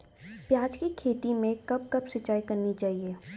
प्याज़ की खेती में कब कब सिंचाई करनी चाहिये?